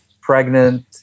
pregnant